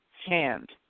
hand